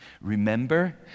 Remember